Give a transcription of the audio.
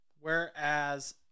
whereas